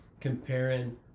Comparing